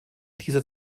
dieser